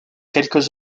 quelques